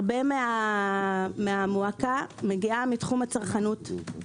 הרבה מהמועקה - מגיעה מתחום הצרכנות.